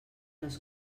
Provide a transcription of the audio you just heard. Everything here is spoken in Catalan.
les